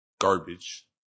garbage